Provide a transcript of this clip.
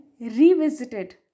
revisited